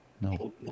No